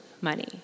money